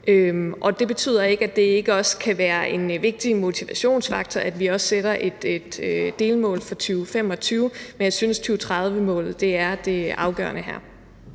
Og det betyder ikke, at det ikke også kan være en vigtig motivationsfaktor, at vi sætter et delmål for 2025. Men jeg synes, at 2030-målet er det afgørende her.